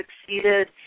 succeeded